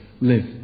live